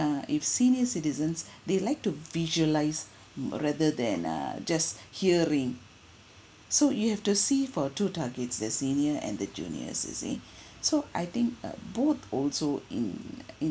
uh if senior citizens they like to visualise rather than uh just hearing so you have to see for two targets the senior and the juniors you see so I think uh both also in in